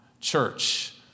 church